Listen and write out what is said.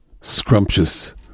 scrumptious